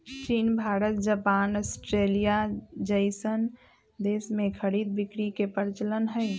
चीन Bharat Japan Australia जइसन देश में खरीद बिक्री के परचलन हई